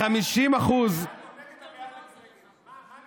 ש-50% שנייה, אתה בעד או נגד הבעד או נגד?